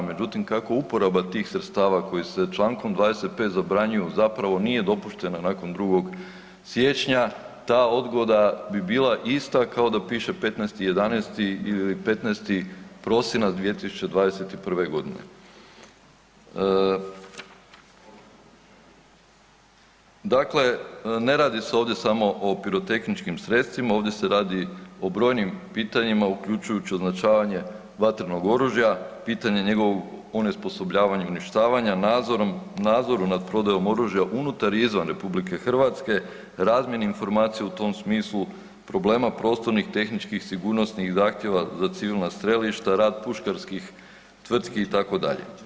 Međutim, kako uporaba tih sredstava koji se čl. 25. zabranjuju zapravo nije dopuštena nakon 2. siječnja, ta odgoda bi bila ista kao da piše 15.11. ili 15. prosinac 2021.g. Dakle, ne radi se ovdje samo o pirotehničkim sredstvima, ovdje se radi o brojnim pitanjima uključujući označavanje vatrenog oružja, pitanje njegovog onesposobljavanja i uništavanja nadzorom, nazoru nad prodajom oružja unutar i izvan RH, razmjeni informacija u tom smislu, problema prostornih, tehničkih, sigurnosnih zahtjeva za civilna strelišta, rad puškarskih tvrtki itd.